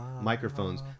Microphones